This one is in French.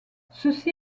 ceci